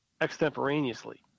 extemporaneously